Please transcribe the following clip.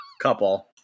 couple